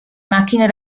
macchine